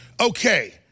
Okay